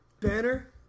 Banner